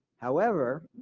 however,